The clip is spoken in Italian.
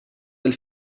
del